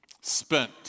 spent